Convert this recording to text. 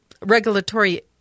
Regulatory